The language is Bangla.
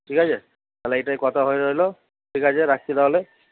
ঠিক আছে তাহলে এটাই কথা হয়ে রইলো ঠিক আছে রাখছি তাহলে